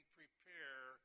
prepare